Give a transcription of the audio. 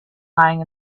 lying